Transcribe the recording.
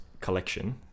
collection